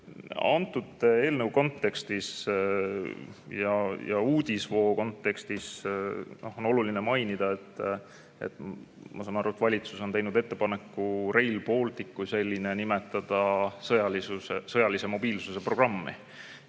selle eelnõu kontekstis ja uudisvoo kontekstis on oluline mainida seda: ma saan aru, et valitsus on teinud ettepaneku Rail Baltic kui selline nimetada sõjalise mobiilsuse programmi.